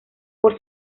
por